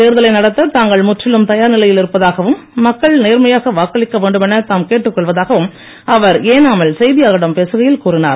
தேர்தலை நடத்த தாங்கள் முற்றிலும் தயார் நிலையில் இருப்பதாகவும் மக்கள் நேர்மையாக வாக்களிக்க வேண்டும் என தாம் கேட்டுக் கொள்வதாகவும் அவர் ஏனாமில் செய்தியாளர்களிடம் பேசுகையில் கூறினார்